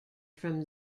from